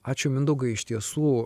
ačiū mindaugai iš tiesų